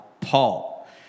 Paul